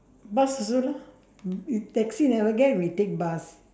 bus also lah if taxi never get we take bus